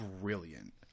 brilliant